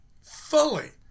fully